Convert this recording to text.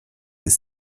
ist